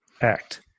Act